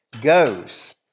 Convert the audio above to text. goes